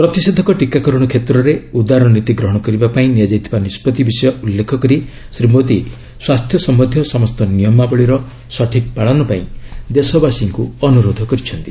ପ୍ରତିଷେଧକ ଟିକାକରଣ କ୍ଷେତ୍ରରେ ଉଦାରନୀତି ଗ୍ରହଣ କରିବାପାଇଁ ନିଆଯାଇଥିବା ନିଷ୍ପଭି ବିଷୟ ଉଲ୍ଲେଖ କରି ଶ୍ରୀ ମୋଦି ସ୍ୱାସ୍ଥ୍ୟ ସମ୍ଭନ୍ଧୀୟ ସମସ୍ତ ନିୟମାବଳୀର ସଠିକ୍ ପାଳନ ପାଇଁ ଦେଶବାସୀଙ୍କୁ ଅନୁରୋଧ କରିଛନ୍ତି